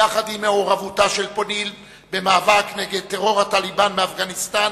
יחד עם מעורבותה של פולין במאבק נגד טרור ה"טליבאן" באפגניסטן,